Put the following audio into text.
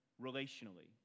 relationally